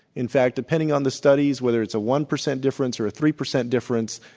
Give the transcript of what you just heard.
in fact, depending on the studies whether it's a one percent difference or a three percent difference,